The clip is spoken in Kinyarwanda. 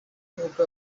n’uko